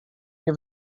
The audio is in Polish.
nie